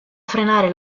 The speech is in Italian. frenare